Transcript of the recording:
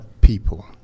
People